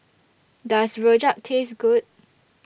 Does Rojak Taste Good